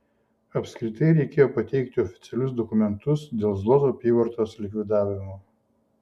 apskritai reikėjo pateikti oficialius dokumentus dėl zlotų apyvartos likvidavimo